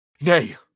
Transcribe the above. Nay